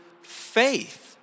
faith